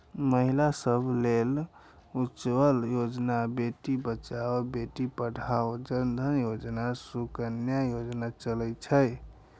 महिला सभ लेल उज्ज्वला योजना, बेटी बचाओ बेटी पढ़ाओ, जन धन योजना, सुकन्या योजना चलै छै